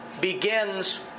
begins